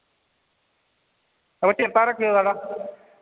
हां वा चेत्ता रक्खेओ साढ़ा